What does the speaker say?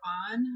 on